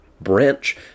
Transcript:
branch